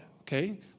Okay